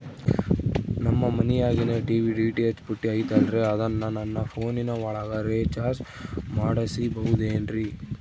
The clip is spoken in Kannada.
ನಮ್ಮ ಮನಿಯಾಗಿನ ಟಿ.ವಿ ಡಿ.ಟಿ.ಹೆಚ್ ಪುಟ್ಟಿ ಐತಲ್ರೇ ಅದನ್ನ ನನ್ನ ಪೋನ್ ಒಳಗ ರೇಚಾರ್ಜ ಮಾಡಸಿಬಹುದೇನ್ರಿ?